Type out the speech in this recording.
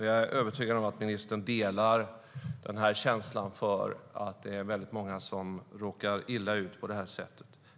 Jag är övertygad om att ministern delar känslan att många råkar illa ut på detta sätt.